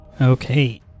Okay